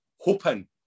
hoping